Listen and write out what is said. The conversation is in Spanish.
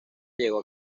llegó